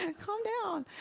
and calm down.